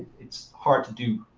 it's hard to do,